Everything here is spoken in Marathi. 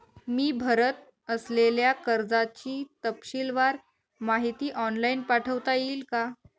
मी भरत असलेल्या कर्जाची तपशीलवार माहिती ऑनलाइन पाठवता येईल का?